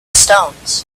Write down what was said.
stones